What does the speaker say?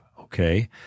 okay